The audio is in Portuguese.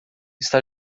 está